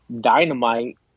Dynamite